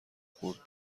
خورد